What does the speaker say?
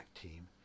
team